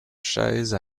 chaise